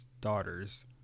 daughter's